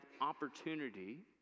opportunity